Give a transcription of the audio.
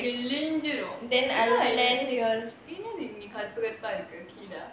கிழிஞ்சிடும் இது என்னது இது கருப்பு கருப்பா இருக்கு கீழ:kilinchidum ithu ennathu ithu karuppu karupa iruku keezha